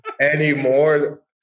anymore